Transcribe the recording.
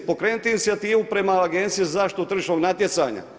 Pokrenite inicijativu prema Agenciji za zaštitu tržišnog natjecanja.